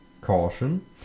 caution